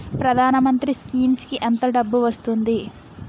ప్రధాన మంత్రి స్కీమ్స్ కీ ఎంత డబ్బు వస్తుంది?